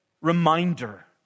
reminder